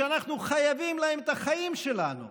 שאנחנו חייבים להם את החיים שלנו,